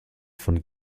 von